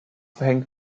verhängt